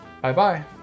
bye-bye